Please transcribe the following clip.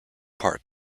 part